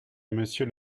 monsieur